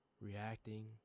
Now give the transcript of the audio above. reacting